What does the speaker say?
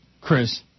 Chris